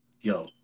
yo